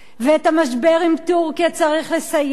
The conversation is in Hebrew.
ואת המשבר עם טורקיה צריך לסיים,